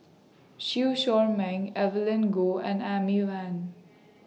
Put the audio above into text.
Chew Chor Meng Evelyn Goh and Amy Van